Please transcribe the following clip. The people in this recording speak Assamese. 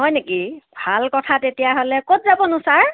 হয় নেকি ভাল কথা তেতিয়াহ'লে ক'ত যাবনো ছাৰ